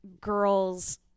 girls